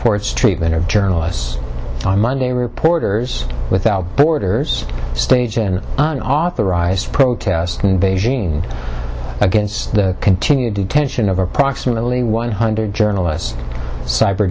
its treatment of journalists on monday reporters without borders stage and an authorised protest in beijing against the continued detention of approximately one hundred journalists cyber